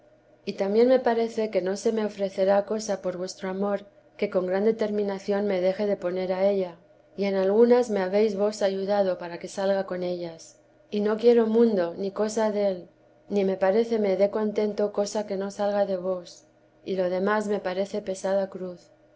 y también me parece que no se me ofrecerá cosa por vuestro amor que con gran determinación me deje de poner a ella y en algunas me habéis vos ayudado para que salga con ellas y no quiero mundo ni cosa del ni me parece me da contento cosa que no salga de vos y lo demás me parece pesada cruz